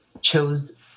chose